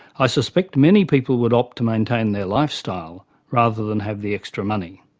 i suspect many people would opt to maintain their lifestyle rather than have the extra money.